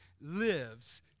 lives